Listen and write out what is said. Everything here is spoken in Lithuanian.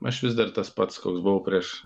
aš vis dar tas pats koks buvau prieš